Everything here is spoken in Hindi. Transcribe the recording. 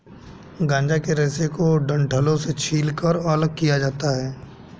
गांजा के रेशे को डंठलों से छीलकर अलग किया जाता है